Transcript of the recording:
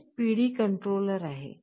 हेच PD controller आहे